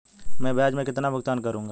मैं ब्याज में कितना भुगतान करूंगा?